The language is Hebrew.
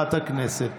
מזכירת הכנסת.